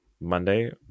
Monday